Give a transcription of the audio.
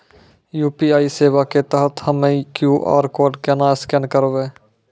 UPI सेवा के तहत हम्मय क्यू.आर कोड केना स्कैन करबै?